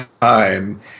time